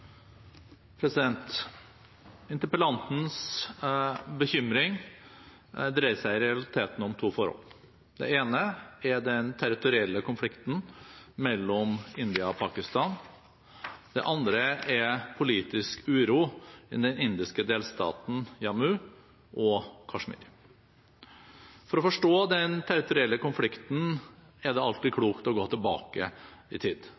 Interpellantens bekymring dreier seg i realiteten om to forhold. Det ene er den territorielle konflikten mellom India og Pakistan. Det andre er politisk uro i den indiske delstaten Jammu og Kashmir. For å forstå den territorielle konflikten er det alltid klokt å gå tilbake i tid.